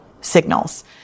signals